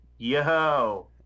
Yo